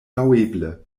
laŭeble